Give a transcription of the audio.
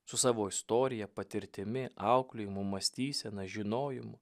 su savo istorija patirtimi auklėjimu mąstysena žinojimu